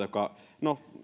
joka no